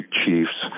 chiefs